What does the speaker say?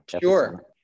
sure